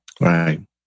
right